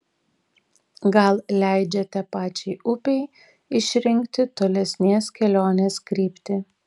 gal leidžiate pačiai upei išrinkti tolesnės kelionės kryptį